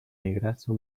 negrazo